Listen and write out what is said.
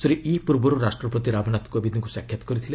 ଶ୍ରୀ ୟି ପୂର୍ବରୁ ରାଷ୍ଟ୍ରପତି ରାମନାଥ କୋବିନ୍ଦଙ୍କୁ ସାକ୍ଷାତ କରିଥିଲେ